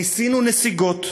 ניסינו נסיגות.